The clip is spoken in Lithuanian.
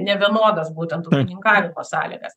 nevienodas būtent ūkininkavimo sąlygas